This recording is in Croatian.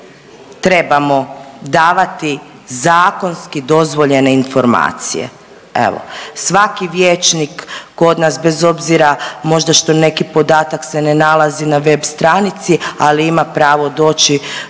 trebamo davati zakonski dozvoljene informacije. Evo svaki vijećnik kod nas bez obzira možda što neki podatak se ne nalazi na web stranici, ali ima pravo doći